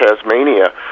Tasmania